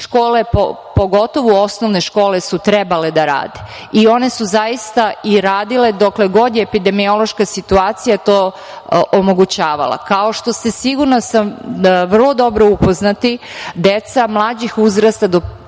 škole, pogotovo osnovne škole, su trebale da rade i one su zaista radile dokle god je epidemiološka situacija to omogućavala, kao što ste, sigurna sam, vrlo dobro upoznati da deca mlađih uzrasta, do